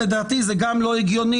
לדעתי זה גם לא הגיוני.